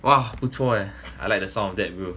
!wah! 不错 leh I like the sound of that bro